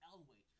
Elway